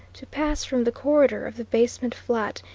to pass from the corridor of the basement flat,